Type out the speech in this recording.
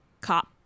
cop